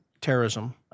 terrorism